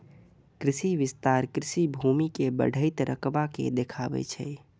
कृषि विस्तार कृषि भूमि के बढ़ैत रकबा के देखाबै छै